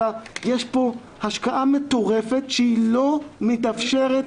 אלא יש פה השקעה מטורפת שהיא לא מתאפשרת,